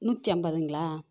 நூற்றி ஐம்பதுங்ளா